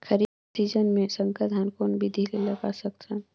खरीफ season मे संकर धान कोन विधि ले लगा सकथन?